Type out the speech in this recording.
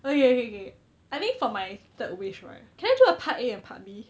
okay okay I think for my third wish right can I do a part A and part B